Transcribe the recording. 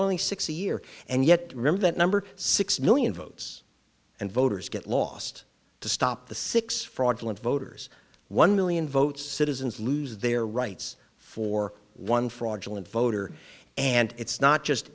only six a year and yet remember that number six million votes and voters get lost to stop the six fraudulent voters one million votes citizens lose their rights for one fraudulent voter and it's not just